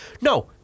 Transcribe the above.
no